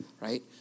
right